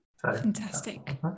Fantastic